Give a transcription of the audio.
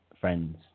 friends